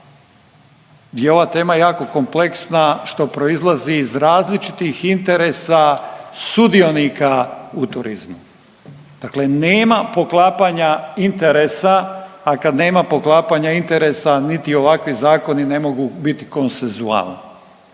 je ova tema jako kompleksna što proizlazi iz različitih interesa sudionika u turizmu. Dakle, nema poklapanja interesa, a kad nema poklapanja interesa niti ovakvi zakoni ne mogu biti konsensualni.